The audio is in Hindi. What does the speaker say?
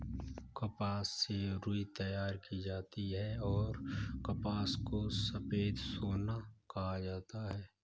कपास से रुई तैयार की जाती हैंऔर कपास को सफेद सोना कहा जाता हैं